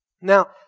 Now